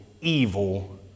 evil